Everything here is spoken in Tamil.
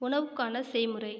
உணவுக்கான செய்முறை